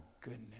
goodness